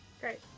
Great